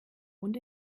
und